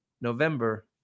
November